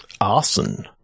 Arson